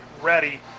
ready